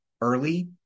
early